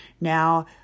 Now